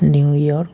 new York